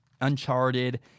Uncharted